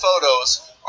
photos